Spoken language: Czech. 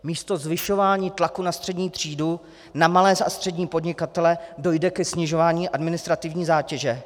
Místo zvyšování tlaku na střední třídu, na malé a střední podnikatele dojde ke snižování administrativní zátěže.